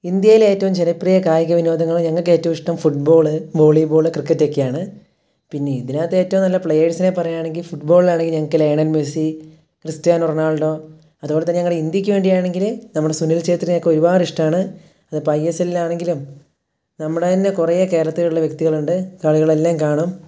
ഇന്ത്യയിൽ ഏറ്റവും ജനപ്രിയ കായിക വിനോദങ്ങൾ ഞങ്ങൾക്കേറ്റവും ഇഷ്ടം ഫുട്ബോള് വോളിബോള് ക്രിക്കറ്റൊക്കെയാണ് പിന്നെ ഇതിനകത്തേറ്റവും നല്ല പ്ലെയേഴ്സിനെ പറയുകയാണെങ്കിൽ ഫുട്ബോളിലാണെങ്കിൽ ഞങ്ങൾക്ക് ലയണല് മെസ്സി ക്രിസ്റ്റ്യാനോ റൊണാള്ഡോ അതുപോലെതന്നെ ഞങ്ങളുടെ ഇന്ത്യയ്ക്ക് വേണ്ടിയാണെങ്കിൽ നമ്മുടെ സുനിൽ ഛേത്രിയിനെയൊക്കെ ഒരുപാട് ഇഷ്ടമാണ് അതിപ്പോൾ ഐ എസ് എല്ലിലാണെങ്കിലും നമ്മുടെ തന്നെ കുറേ കേരത്തിലുള്ള വ്യക്തികളുണ്ട് കളികളെല്ലാം കാണും